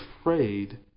afraid